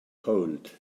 cold